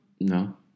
No